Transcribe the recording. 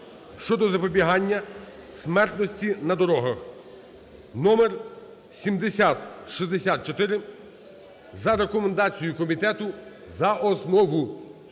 щодо запобігання смертності на дорогах (№ 7064) за рекомендацією комітету за основу.